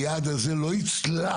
היעד הזה לא יצלח.